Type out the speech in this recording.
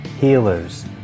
healers